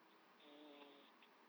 mm